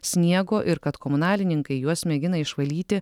sniego ir kad komunalininkai juos mėgina išvalyti